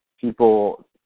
people